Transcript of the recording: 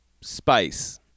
spice